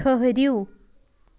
ٹھٔہرِو